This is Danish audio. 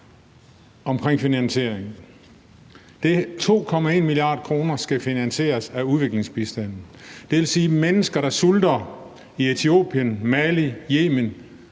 om finansieringen. De 2,1 mia. kr. skal finansieres af udviklingsbistanden. Det vil sige, at vi til de mennesker, der sulter i Etiopien, Mali, Yemen,